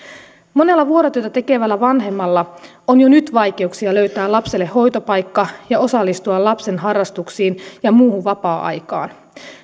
monella vuorotyötä tekevällä vanhemmalla on jo nyt vaikeuksia löytää lapselle hoitopaikka ja osallistua lapsen harrastuksiin ja muuhun vapaa aikaan